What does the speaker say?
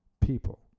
people